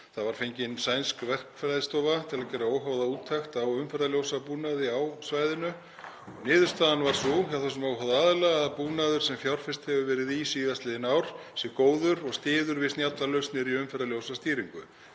Það var fengin sænsk verkfræðistofa til að gera óháða úttekt á umferðarljósabúnaði á svæðinu og niðurstaðan varð sú hjá þessum óháða aðila að búnaður sem fjárfest hefur verið í síðastliðin ár sé góður og styðji við snjallar lausnir í umferðarljósastýringu.